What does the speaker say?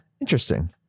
interesting